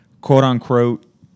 quote-unquote